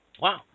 Wow